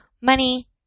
Money